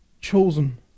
Chosen